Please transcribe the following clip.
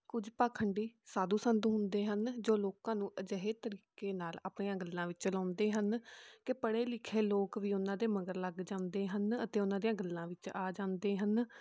ਕੁਝ ਪਖੰਡੀ ਸਾਧੂ ਸੰਤ ਹੁੰਦੇ ਹਨ ਜੋ ਲੋਕਾਂ ਨੂੰ ਅਜਿਹੇ ਤਰੀਕੇ ਨਾਲ ਆਪਣੀਆਂ ਗੱਲਾਂ ਵਿੱਚ ਲਾਉਂਦੇ ਹਨ ਕਿ ਪੜ੍ਹੇ ਲਿਖੇ ਲੋਕ ਵੀ ਉਹਨਾਂ ਦੇ ਮਗਰ ਲੱਗ ਜਾਂਦੇ ਹਨ ਅਤੇ ਉਹਨਾਂ ਦੀਆਂ ਗੱਲਾਂ ਵਿੱਚ ਆ ਜਾਂਦੇ ਹਨ